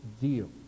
deal